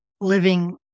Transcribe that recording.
living